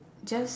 just